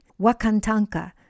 Wakantanka